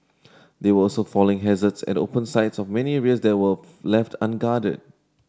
there were also falling hazards at open sides of many areas that were left unguarded